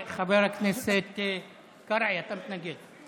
חבר הכנסת קרעי, אתה מתנגד?